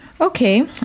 Okay